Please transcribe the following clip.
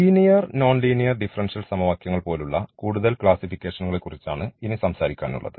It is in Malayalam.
ലീനിയർ നോൺ ലീനിയർ ഡിഫറൻഷ്യൽ സമവാക്യങ്ങൾ പോലുള്ള കൂടുതൽ ക്ലാസ്സിഫിക്കേഷനുകളെകുറിച്ചാണ് ഇനി സംസാരിക്കുന്നത്